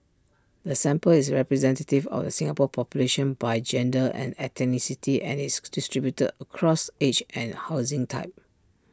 the sample is representative of the Singapore population by gender and ethnicity and is distributed across age and housing type